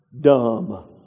dumb